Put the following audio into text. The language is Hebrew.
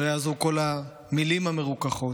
ולא יעזרו כל המילים המרוככות.